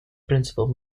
principal